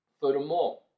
furthermore